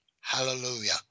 Hallelujah